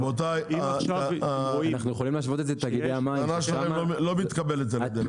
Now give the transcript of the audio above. רבותי, התשובה שלכם לא מתקבלת.